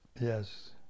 Yes